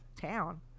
Town